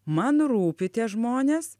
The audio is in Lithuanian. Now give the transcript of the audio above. man rūpi tie žmonės